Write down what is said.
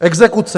Exekuce.